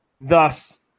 thus